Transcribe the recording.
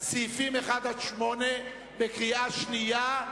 סעיפים 8-1, קריאה שנייה,